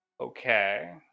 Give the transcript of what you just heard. Okay